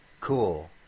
Cool